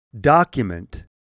document